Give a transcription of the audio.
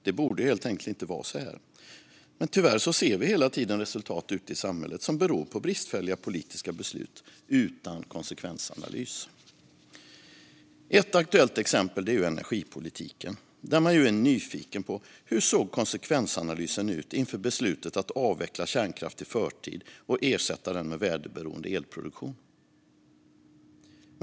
Det borde helt enkelt inte vara så här. Men tyvärr ser vi hela tiden resultat ute i samhället som beror på bristfälliga politiska beslut utan konsekvensanalys. Ett aktuellt exempel är energipolitiken, där man ju är nyfiken på hur konsekvensanalysen såg ut inför beslutet att avveckla kärnkraft i förtid och ersätta den med väderberoende elproduktion.